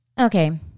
Okay